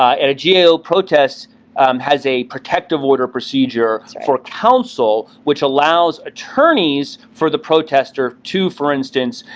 and a gao protest has a protective order procedure for counsel which allows attorneys for the protester to, for instance,